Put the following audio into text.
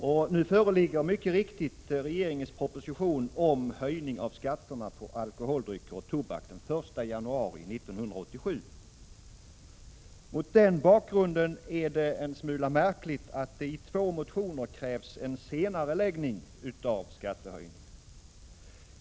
Och nu föreligger mycket riktigt regeringens proposition om höjning av skatterna på alkoholdrycker och tobak den 1 januari 1987. Mot denna bakgrund är det en smula märkligt att det i två motioner krävs en senareläggning av skattehöjningen.